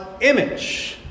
image